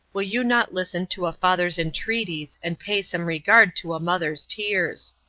will you not listen to a father's entreaties, and pay some regard to a mother's tears.